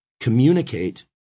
communicate